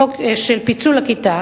חוק של פיצול הכיתה,